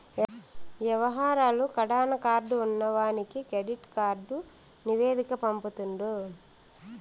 యవహారాలు కడాన కార్డు ఉన్నవానికి కెడిట్ కార్డు నివేదిక పంపుతుండు